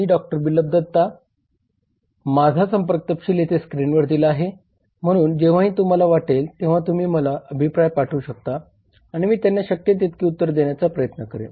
मी डॉ बिप्लब दत्ता आहे माझा संपर्क तपशील येथे स्क्रीनवर दिला आहे म्हणून जेव्हाही तुम्हाला वाटेल तेव्हा तुम्ही मला अभिप्राय पाठवू शकता आणि मी त्यांना शक्य तितके उत्तर देण्याचा प्रयत्न करेन